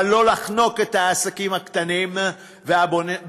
אבל לא לחנוק את העסקים הקטנים והבינוניים,